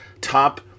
top